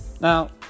now